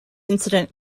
incident